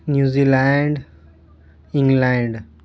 New Zealand England